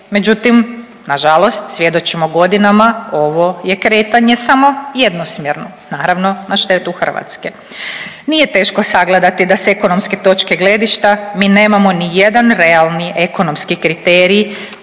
Međutim, nažalost svjedočimo godinama, ovo je kretanje samo jednosmjerno. Naravno, na štetu Hrvatske. Nije teško sagledati da s ekonomske točke gledišta mi nemamo nijedan realni ekonomski kriterij